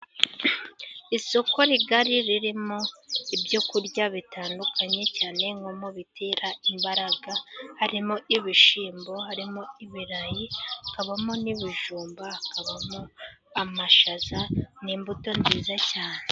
Isoko rigari ririmo ibyo kurya bitandukanye, cyane nko mu bitera imbaraga:harimo ibishyimbo harimo ibirayi hakabamo n'ibijumba hakabamo amashaza, n'imbuto nziza cyane.